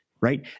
right